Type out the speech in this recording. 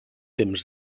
temps